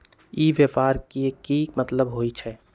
ई व्यापार के की मतलब होई छई?